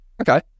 Okay